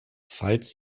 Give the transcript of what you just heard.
falls